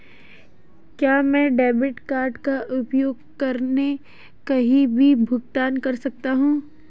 क्या मैं debit card का उपयोग करके कहीं भी भुगतान कर सकता हूं?